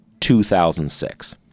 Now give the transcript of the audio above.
2006